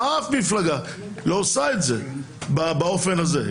שום מפלגה לא עושה את זה באופן הזה.